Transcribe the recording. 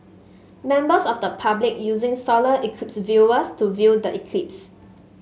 members of the public using solar eclipse viewers to view the eclipse